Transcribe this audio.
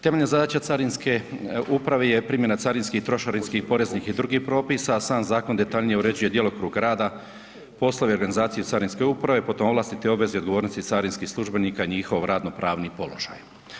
Temeljem … uprave je primjena carinskih trošarinskih i poreznih i drugih propisa a sam zakon detaljnije uređuje djelokrug rada, poslove organizacije carinske uprave, putem ovlasti, te obveze i odgovornosti carinskih službenika i njihov radno pravni položaj.